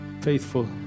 faithful